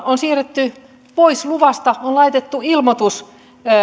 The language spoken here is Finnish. on siirrytty pois toimiluvasta ja laitettu ilmoitus